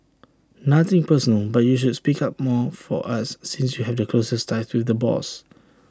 nothing personal but you should speak up more for us since you have the closest ties though the boss